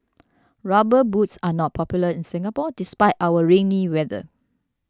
rubber boots are not popular in Singapore despite our rainy weather